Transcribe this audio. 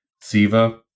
SIVA